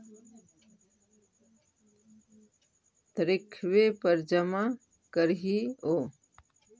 तरिखवे पर जमा करहिओ?